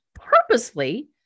purposely